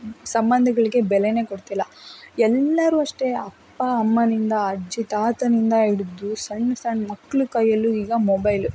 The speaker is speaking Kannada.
ಸಂಬಂಧಗಳಿಗೆ ಬೆಲೆನೇ ಕೊಡ್ತಿಲ್ಲ ಎಲ್ಲರೂ ಅಷ್ಟೆ ಅಪ್ಪ ಅಮ್ಮನಿಂದ ಅಜ್ಜಿ ತಾತನಿಂದ ಹಿಡಿದು ಸಣ್ಣ ಸಣ್ಣ ಮಕ್ಕಳ ಕೈಯಲ್ಲೂ ಈಗ ಮೊಬೈಲು